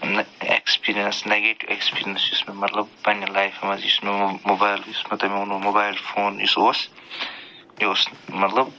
نَہ experience negative experience یُس مےٚ مطلب پنٛنہِ لایفہِ منٛز یُس مےٚ وٕ موبایل یُس مےٚ تۄہہِ وونوٕ موبایل فون یُس اوس مطلب